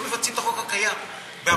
לא מבצעים את החוק הקיים בהרבה מקומות.